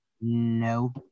No